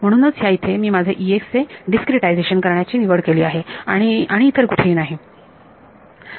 म्हणूनच ह्या इथे मी माझे चे डिस्क्रीटायझेशन करण्याची निवड केली आहे आणि आणि इतर कुठेही नाही